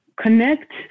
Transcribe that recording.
connect